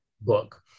book